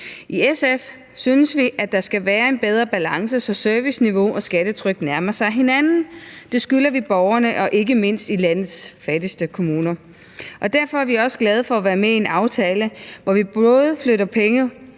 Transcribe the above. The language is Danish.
I SF synes vi, at der skal være en bedre balance, så serviceniveau og skattetryk nærmer sig hinanden, for det skylder vi borgerne, ikke mindst i landets fattigste kommuner. Derfor er vi også glade for at være med i en aftale, hvor vi både flytter flere